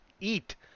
eat